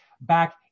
back